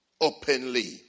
openly